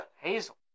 Hazel